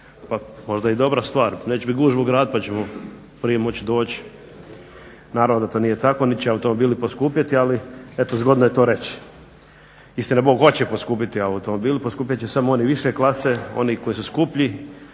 pa možda i dobra stvar, neće biti gužve u gradu pa ćemo prije moći doći. Naravno da to nije tako, niti će automobili poskupjeti, ali eto zgodno je to reći. Istina Bog hoće poskupjeti automobili, poskupjet će samo oni više klase, oni koji su skuplji,